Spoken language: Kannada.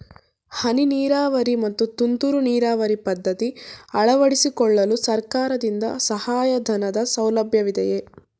ಹನಿ ನೀರಾವರಿ ಮತ್ತು ತುಂತುರು ನೀರಾವರಿ ಪದ್ಧತಿ ಅಳವಡಿಸಿಕೊಳ್ಳಲು ಸರ್ಕಾರದಿಂದ ಸಹಾಯಧನದ ಸೌಲಭ್ಯವಿದೆಯೇ?